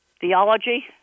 Theology